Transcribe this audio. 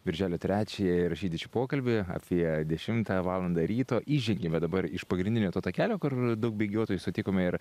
birželio trečiąją įrašyti šį pokalbį apie dešimtą valandą ryto įžengėme dabar iš pagrindinio to takelio kur daug bėgiotojų sutikome ir